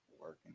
working